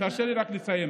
תן לי דקה רק לסיים.